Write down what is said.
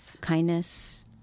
kindness